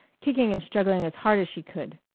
kicking and struggling as hard as she could.